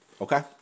Okay